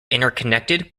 interconnected